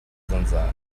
zanzara